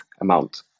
amount